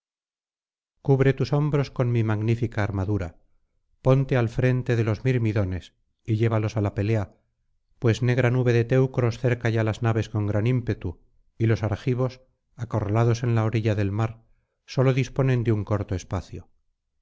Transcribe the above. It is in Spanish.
cubre tus hombros con mi magnífica armadura ponte al frente de los mirmidones y llévalos á la pelea pues negra nube de teucros cerca ya las naves con gran ímpetu y los argivos acorralados en la orilla del mar sólo disponen de un corto espacio